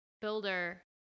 builder